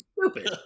stupid